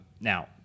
now